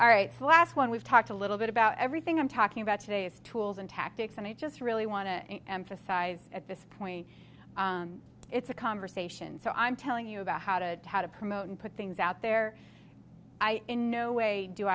all right so last one we've talked a little bit about everything i'm talking about today is tools and tactics and i just really want to emphasize at this point it's a conversation so i'm telling you about how to how to promote and put things out there i in no way do